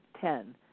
Ten